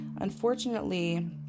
Unfortunately